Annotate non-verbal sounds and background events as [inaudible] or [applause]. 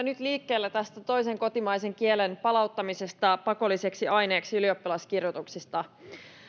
[unintelligible] nyt liikkeelle tästä toisen kotimaisen kielen palauttamisesta pakolliseksi aineeksi ylioppilaskirjoituksissa